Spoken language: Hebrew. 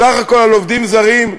סך הכול, על עובדים זרים,